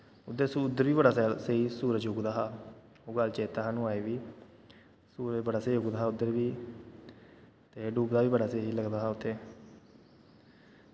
उद्धर सूरज उद्धर बी बड़ा स्हेई सूरज उगदा हा ओह् गल्ल चेत्ता सानूं अज्ज बी सूरज बड़ा स्हेई उगदा हा उद्धर बी ते डुबदा बी बड़ा स्हेई लगदा हा उत्थें